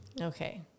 Okay